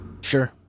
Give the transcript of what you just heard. Sure